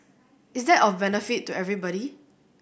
is that of benefit to everybody